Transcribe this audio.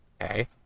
Okay